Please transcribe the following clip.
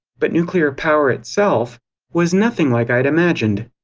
but nuclear power itself was nothing like i'd imagined.